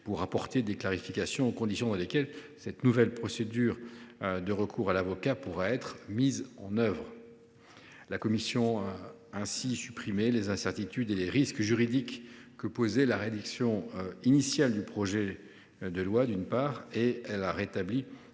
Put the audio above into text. pour apporter des clarifications aux conditions dans lesquelles la nouvelle procédure de recours à l’avocat pourra être mise en œuvre. La commission a ainsi supprimé les incertitudes et les risques juridiques que posait la rédaction initiale du projet de loi. Elle a également rétabli